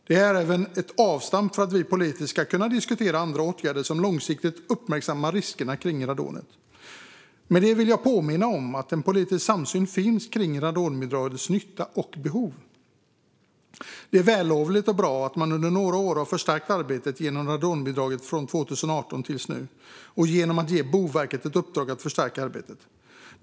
Det är även ett avstamp för att vi politiker ska kunna diskutera andra åtgärder som långsiktigt uppmärksammar riskerna med radonet. Med detta vill jag påminna om att en politisk samsyn finns kring radonbidragets nytta och behov. Det är vällovligt och bra att man under några år har förstärkt arbetet genom radonbidraget från 2018 till nu och genom att ge Boverket ett uppdrag att förstärka arbetet.